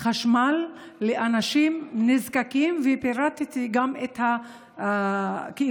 חשמל לאנשים נזקקים, וגם פירטתי את הנסיבות.